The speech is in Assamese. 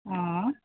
অঁ